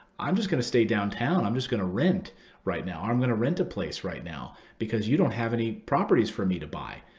i'm just going to stay downtown. i'm just going to rent right now. or i'm going to rent a place right now, because you don't have any properties for me to buy.